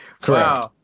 correct